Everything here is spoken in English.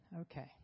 Okay